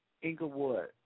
Inglewood